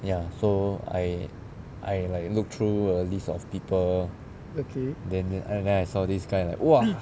ya so I I like look through a list of people then then then I saw this guy like !wah!